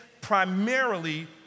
primarily